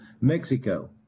Mexico